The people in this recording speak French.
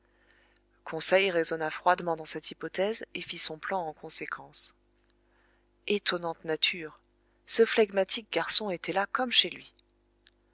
conseil raisonna froidement dans cette hypothèse et fit son plan en conséquence étonnante nature ce phlegmatique garçon était là comme chez lui